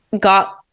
got